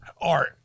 art